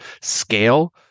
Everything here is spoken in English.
scale